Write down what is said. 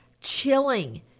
chilling